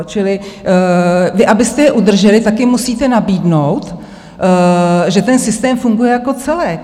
Čili abyste je udrželi, tak jim musíte nabídnout, že ten systém funguje jako celek.